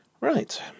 Right